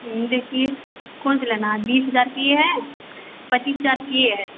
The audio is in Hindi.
हूँ देखिए कौन सी लेना है बीस हजार की ये है पचीस हजार की ये है